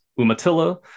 Umatilla